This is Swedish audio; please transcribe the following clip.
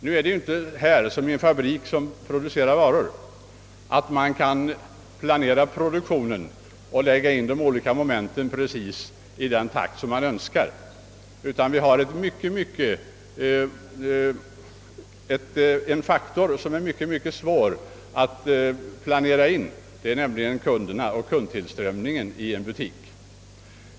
Nu är det inte härvidlag som i en fabrik, som tillverkar varor, på det sättet, att man kan planera produktionen och lägga in de olika momenten i just den takt man önskar, utan det finns en faktor som är ytterst svår att planera in, nämligen kundtillströmningen till butikerna.